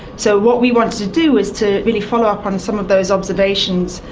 so what we want to do is to really follow up on some of those observations,